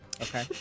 Okay